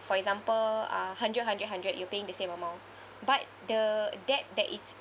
for example uh hundred hundred hundred you're paying the same amount but the debt that is